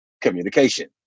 communication